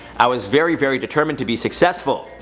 i was very, very determined to be successful.